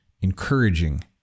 encouraging